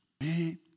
Man